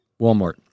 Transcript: Walmart